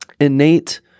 innate